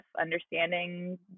understanding